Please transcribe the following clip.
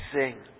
sing